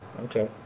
Okay